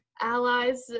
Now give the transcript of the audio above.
allies